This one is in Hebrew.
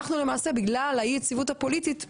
בגלל אי יציבות פוליטית "תקענו"